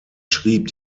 schrieb